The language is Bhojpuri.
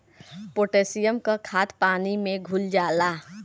पोटेशियम क खाद पानी में घुल जाला